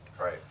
Right